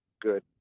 good